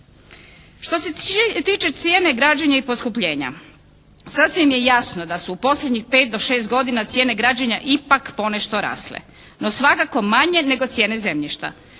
Što se tiče cijene građenja i poskupljenja, sasvim je jasno da su posljednjih pet do šest godina cijene građenja ipak ponešto rasle, no svakako manje nego cijene zemljišta.